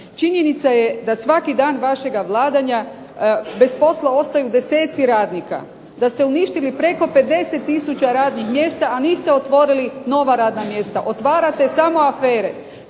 Činjenica je da svaki dan vašega vladanja bez posla ostaju desetci radnika, da ste uništili preko 50 tisuća radnih mjesta a niste otvorili nova radna mjesta. Otvarate samo afere.